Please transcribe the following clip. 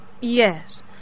Yes